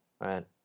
right